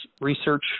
research